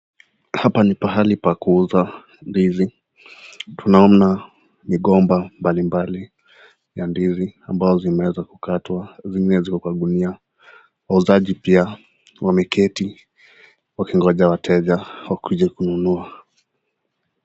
Hapa ni pahali pa kuuza ndizi, tunaona migomba mbali mbali ya ndizi ambao zimeweza kukatwa, zimewekwa kwa gunia, wauzaji pia wamekti wakingoja wateja wakuje kununua.